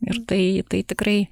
ir tai tai tikrai